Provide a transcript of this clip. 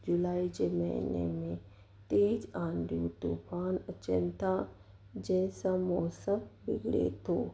जुलाई जे महिने में तेजु आंधियूं तूफ़ान अचनि था जंहिंसां मौसम बिगड़े थो